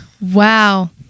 Wow